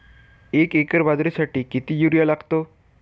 एक एकर बाजरीसाठी किती युरिया लागतो?